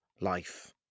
Life